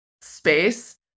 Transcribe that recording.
space